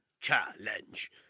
challenge